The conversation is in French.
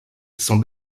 sont